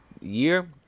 year